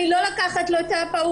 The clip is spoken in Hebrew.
אני לא לוקחת לו את האבהות,